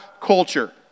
culture